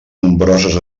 nombroses